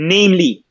Namely